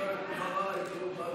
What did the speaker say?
אף פעם.